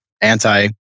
anti-